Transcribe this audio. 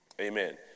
Amen